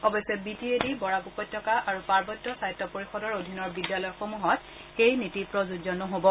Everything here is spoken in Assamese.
অৱশ্যে B T A D Barak উপত্যকা আৰু পাৰ্বত্য স্বায়ত্ব পৰিষদৰ অধীনৰ বিদ্যালয়সমূহত এই নীতি প্ৰযোজ্য নহ'ব